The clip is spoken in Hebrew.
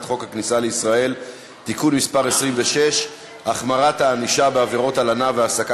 חוק הכניסה לישראל (תיקון מס' 26) (החמרת הענישה בעבירות הלנה והעסקה